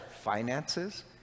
finances